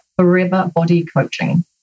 foreverbodycoaching